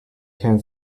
can’t